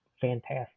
fantastic